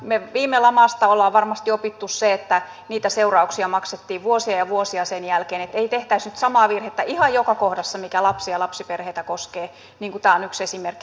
me viime lamasta olemme varmasti oppineet sen että niitä seurauksia maksettiin vuosia ja vuosia sen jälkeen niin että ei tehtäisi nyt samaa virhettä ihan joka kohdassa mikä lapsia ja lapsiperheitä koskee niin kuin tämä on yksi esimerkki